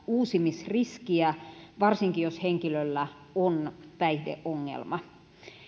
uusimisriskiä varsinkin jos henkilöllä on päihdeongelma